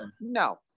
no